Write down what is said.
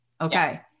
Okay